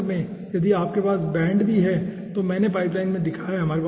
और अंत में यदि आपके पास बेंड भी हैं जो मैंने पाइपलाइन में दिखाया है